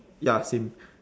ya same